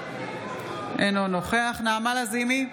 אינו נוכח נעמה לזימי,